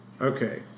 Okay